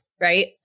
right